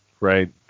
Right